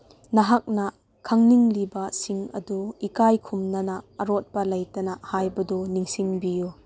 ꯅꯍꯥꯛꯅ ꯈꯪꯅꯤꯡꯂꯤꯕꯁꯤꯡ ꯑꯗꯨ ꯏꯀꯥꯏ ꯈꯨꯝꯅꯅ ꯑꯔꯣꯠꯄ ꯂꯩꯇꯅ ꯍꯥꯏꯕꯗꯨ ꯅꯤꯡꯁꯤꯡꯕꯤꯌꯨ